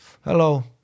hello